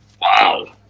Wow